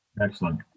Excellent